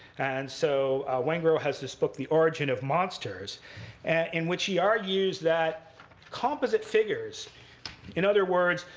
and so wengrow has this book the origin of monsters and in which he argues that composite figures in other words,